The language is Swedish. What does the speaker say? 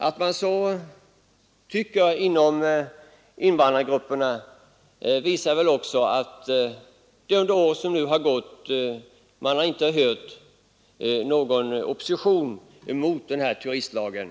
Att man tycker så också inom invandrargruppen visar väl det faktum att vi under det år som nu gått inte hört någon opposition mot terroristlagen.